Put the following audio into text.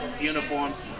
uniforms